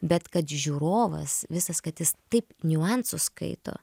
bet kad žiūrovas visas kad jis taip niuansus skaito